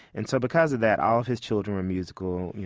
and so because of that, all of his children were musical,